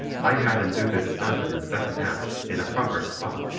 i had him do this stunt in the second act, in a proper spot,